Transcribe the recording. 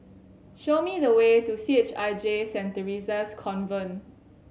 show me the way to C H I J Saint Theresa's Convent